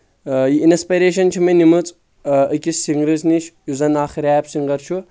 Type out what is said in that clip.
یہِ اِنسپایریشن چھِ مےٚ نِمٕژ أکِس سِنٛگرس نِش یُس زَن اکھ ریپ سنٛگر چھُ